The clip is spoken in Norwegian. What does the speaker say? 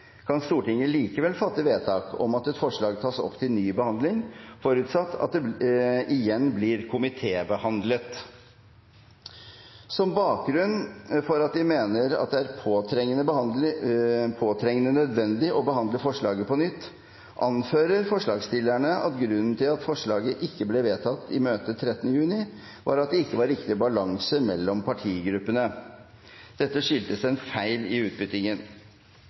kan Stortinget likevel fatte vedtak om at et forslag tas opp til ny behandling, forutsatt at det igjen blir komitébehandlet.» Som begrunnelse for at de mener det er påtrengende nødvendig å behandle forslaget på nytt, anfører forslagsstillerne at grunnen til at forslaget ikke ble vedtatt i møtet 13. juni, var at det ikke var riktig «balanse» mellom partigruppene. Dette skyldtes en feil i utbyttingen.